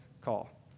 call